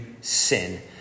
sin